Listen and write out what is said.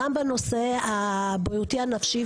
גם בנושא הבריאותי הנפשי,